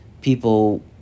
people